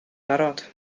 barod